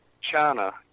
china